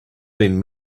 been